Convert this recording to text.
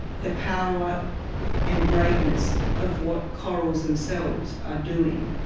the power and greatness of what corals themselves are doing.